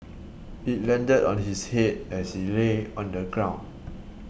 it landed on his head as he lay on the ground